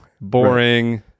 boring